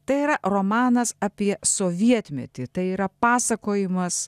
tai yra romanas apie sovietmetį tai yra pasakojimas